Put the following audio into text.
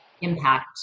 impact